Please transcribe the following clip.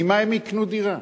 ממה הם יקנו דירה?